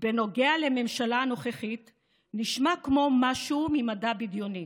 בנוגע לממשלה הנוכחית נשמע כמו משהו ממדע בדיוני.